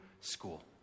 school